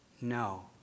No